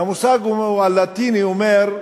והמושג הלטיני אומר,